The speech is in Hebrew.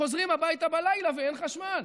חוזרים הביתה בלילה ואין חשמל.